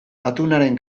atunaren